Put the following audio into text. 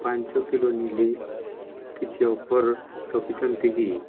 ପାଞ୍ଚ କିଲୋ ନେଲି କିଛି ଅଫର୍ ରଖିଛନ୍ତି କି